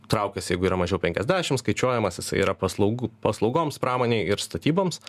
traukiasi jeigu yra mažiau penkiasdešim skaičiuojamas jisai yra paslaugų paslaugoms pramonei ir statyboms